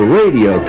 radio